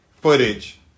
footage